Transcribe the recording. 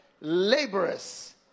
laborers